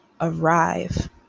arrive